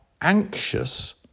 anxious